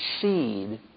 seed